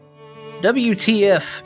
wtf